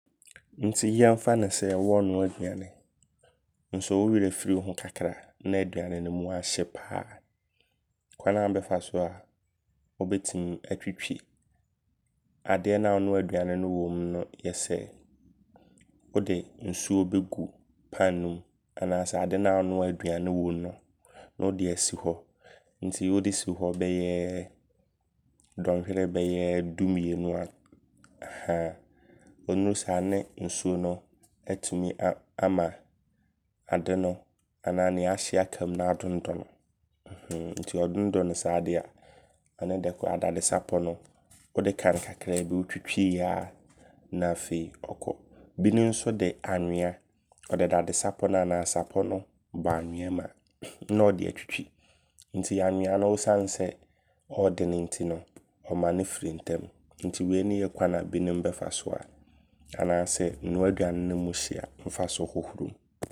Nti yɛmfa no sɛ wɔɔnoa aduane. Nso wowerɛ firi wo ho kakra ne aduane ne aduane no mu ahye paa. Kwane a wobɛfa so a,wobɛtim atwitwi adeɛ no a wonoa aduane wɔmu no yɛ sɛ, wode nso bɛgu pan no mu. Anaa sɛ ade no a, wonoa aduane wɔmu no ne wode asi hɔ. Nti wode bɛyɛ dɔnhwere bɛyɛ du mmienu. Ɛhaa ɔmmra saa no ne nsuo no, atimi ama ade no anaa nea ahye akamu no adondono. Nti ɔdondono saa dea, ɔno dɛ koraa dadesapɔ no wode ka no kakraa bi. Wotwitwiiɛ aa na afei ɔkɔ. Binom nso de awea. Ɔde dadesapɔ anaa sapɔ no bɔ awea mu na ɔde atwitwi. Nti awea no ɔsanesɛ ɔɔdene nti no, ɔma no firi ntɛm. Nti wei ne yɛ kwane a binom bɛfa so a anaa su nnoa aduane ne hye a,mfa so hohoro mu.